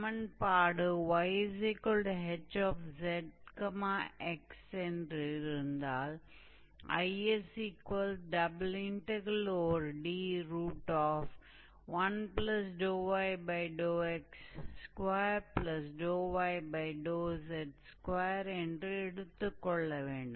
சமன்பாடு 𝑦ℎ𝑧𝑥 என்றிருந்தால் IsD1yx2yz2என்று எடுத்துக்கொள்ள வேண்டும்